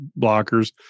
blockers